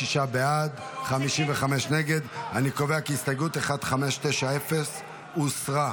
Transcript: אני קובע כי הסתייגות 1590 הוסרה.